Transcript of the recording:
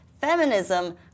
feminism